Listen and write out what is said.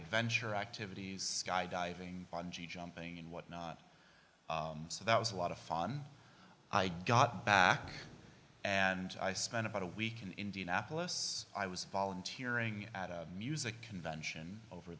adventure activities diving bungee jumping and whatnot so that was a lot of fun i got back and i spent about a week in indianapolis i was volunteering at a music convention over